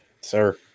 sir